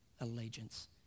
allegiance